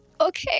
okay